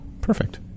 perfect